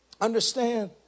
Understand